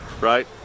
right